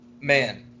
Man